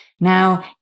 Now